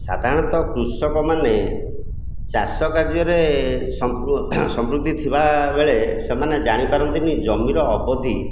ସାଧାରଣତଃ କୃଷକମାନେ ଚାଷ କାର୍ଯ୍ୟରେ ସମ୍ପ ସମ୍ପୃକ୍ତି ଥିବା ବେଳେ ସେମାନେ ଜାଣିପାରନ୍ତିନି ଜମିର ଅବଧି